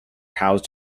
housed